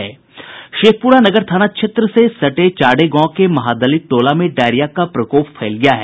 शेखप्रा नगर थाना क्षेत्र से सटे चाडे गांव के महादलित टोला में डायरिया का प्रकोप फैल गया है